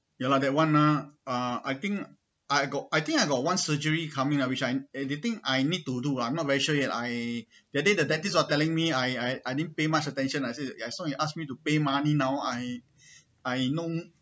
ya lah that one ah uh I think I got I think I got one surgery coming ah which I the thing I need to do lah I'm not very sure yet that day the dentist was telling me I I didn't pay much attention I say as long you ask me to pay money now I I no